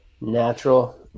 natural